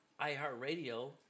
iHeartRadio